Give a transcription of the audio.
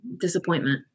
disappointment